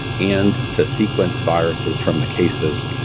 and to sequence viruses from the cases,